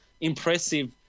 impressive